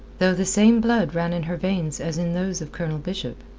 though the same blood ran in her veins as in those of colonel bishop,